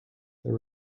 there